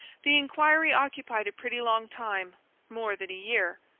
the inquiry occupied a pretty long time more than a year.